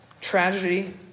tragedy